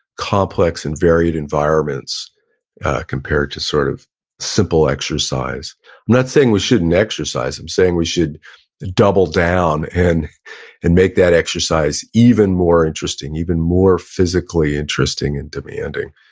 complex and varied environments compared to sort of simple exercise. i'm not saying we shouldn't exercise, i'm saying we should double down and and make that exercise even more interesting, even more physically interesting and demanding,